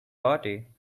party